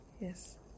Yes